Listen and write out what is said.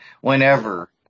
Whenever